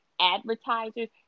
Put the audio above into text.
advertisers